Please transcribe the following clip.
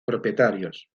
propietarios